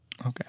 Okay